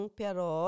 pero